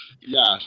Yes